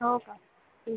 हो का ठीक